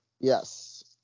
Yes